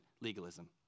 Legalism